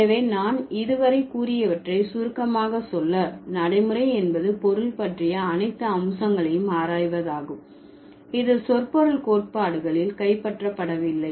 எனவே நான் இதுவரை கூறியவற்றை சுருக்கமாக சொல்ல நடைமுறை என்பது பொருள் பற்றிய அனைத்து அம்சங்களையும் ஆராய்வதாகும் இது சொற்பொருள் கோட்பாடுகளில் கைப்பற்றப்படவில்லை